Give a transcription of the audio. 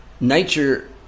nature